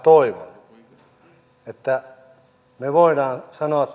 toivon että sen tuloksena me voimme sanoa